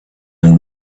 and